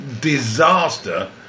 disaster